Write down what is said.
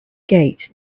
gate